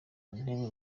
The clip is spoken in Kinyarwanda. ntebe